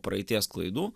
praeities klaidų